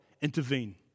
intervene